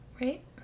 right